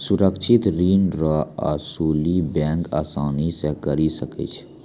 सुरक्षित ऋण रो असुली बैंक आसानी से करी सकै छै